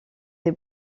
des